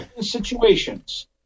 situations